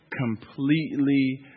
completely